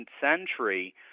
century